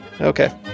Okay